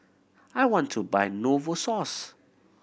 I want to buy Novosource